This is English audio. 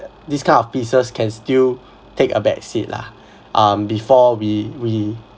this kind of pieces can still take a back seat lah um before we we